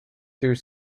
through